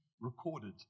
recorded